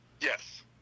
Yes